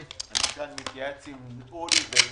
אני מתייעץ עם אודי אם